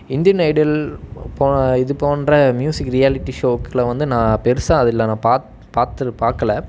Indian idol இது போன்ற music reality ஷோவுக்களை வந்து நான் பெருசாக அதில்ல பார்க் பார்க்கு பார்க்குல